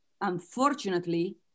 unfortunately